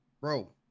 bro